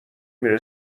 میره